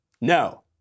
no